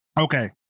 Okay